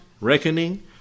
reckoning